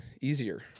easier